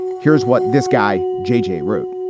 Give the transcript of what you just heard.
here's what this guy jj wrote,